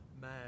man